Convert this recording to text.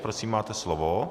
Prosím, máte slovo.